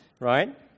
right